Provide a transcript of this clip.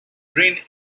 bryn